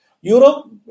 Europe